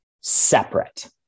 separate